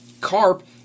CARP